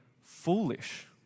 foolish